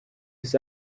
his